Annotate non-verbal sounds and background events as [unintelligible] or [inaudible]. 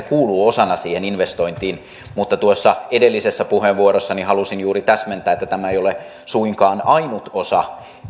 [unintelligible] kuuluu osana siihen investointiin mutta tuossa edellisessä puheenvuorossani halusin juuri täsmentää että tämä ei ole suinkaan ainut osa